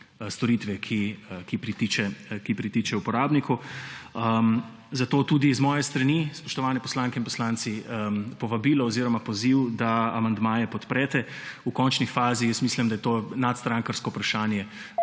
storitve, ki pritiče uporabniku. Zato tudi z moje strani, spoštovani poslanke in poslanci, povabilo oziroma poziv, da amandmaje podprete. V končni fazi, jaz mislim, da je to nadstrankarsko vprašanje,